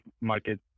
market